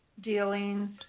dealings